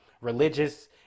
religious